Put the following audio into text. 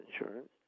insurance